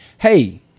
Hey